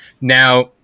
Now